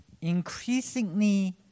increasingly